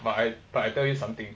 but I but I tell you something